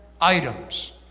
items